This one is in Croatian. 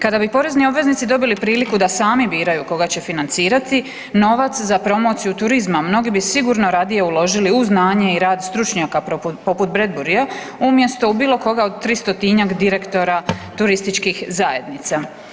Kada bi porezni obveznici dobili priliku da sami biraju koga će financirati, novac za promociju turizma mnogi bi sigurno radije uložili u znanje i rad stručnjaka poput Bradburyja umjesto u bilo koga od 300-tinjak direktora turističkih zajednica.